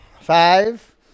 Five